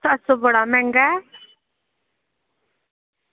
सत्त सौ बड़ा मैंह्गा ऐ